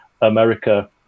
america